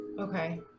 Okay